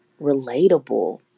relatable